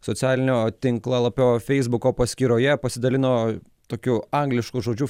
socialinio tinklalapio feisbuko paskyroje pasidalino tokiu anglišku žodžiu